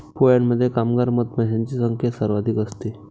पोळ्यामध्ये कामगार मधमाशांची संख्या सर्वाधिक असते